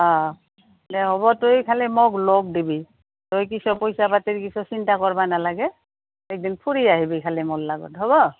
অঁ হ'ব তই খালি মোক লগ দিবি তই কিছু পইচা পাতিৰ কিছু চিন্তা কৰিব নালাগে একদিন ফুৰি আহিবি খালি মোৰ লগত হ'ব